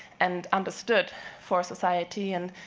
and understood for society? and